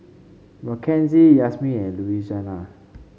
Makenzie Yazmin and Louisiana